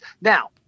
Now